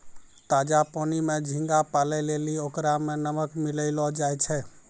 ताजा पानी में झींगा पालै लेली ओकरा में नमक मिलैलोॅ जाय छै